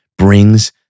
brings